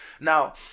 Now